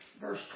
verse